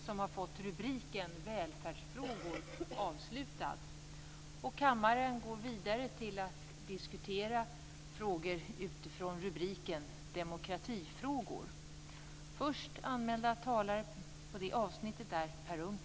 Nu är det nytt år och nya tag.